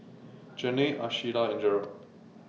Janay Ashlea and Jerrad